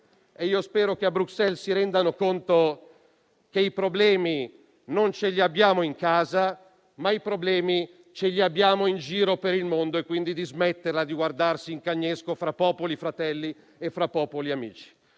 Spero che a Bruxelles si rendano conto che i problemi non li abbiamo in casa, ma in giro per il mondo; quindi la smettessero di guardarsi in cagnesco fra popoli fratelli, fra popoli amici.